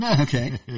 okay